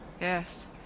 Yes